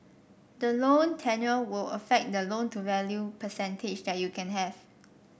the loan tenure will affect the loan to value percentage that you can have